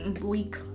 week